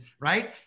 right